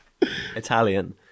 Italian